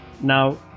Now